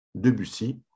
Debussy